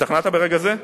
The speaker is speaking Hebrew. השתכנעת ברגע זה?